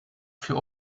für